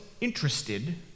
interested